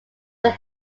when